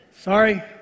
Sorry